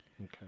Okay